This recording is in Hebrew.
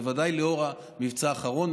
בוודאי לנוכח המבצע האחרון,